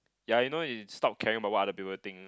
ya you know he stop caring about what other people think